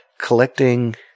collecting